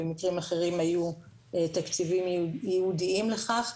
במקרים אחרים היו תקציבים ייעודיים לכך,